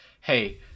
hey